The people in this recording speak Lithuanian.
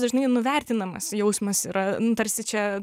dažnai nuvertinamas jausmas yra nu tarsi čia